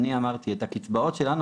אני אמרתי את הקצבאות שלנו,